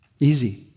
easy